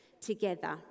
together